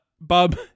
Bob